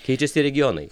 keičiasi regionai